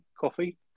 coffee